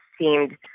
seemed